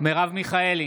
מרב מיכאלי,